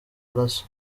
maraso